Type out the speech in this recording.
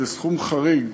זה סכום חריג.